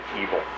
evil